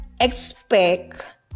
expect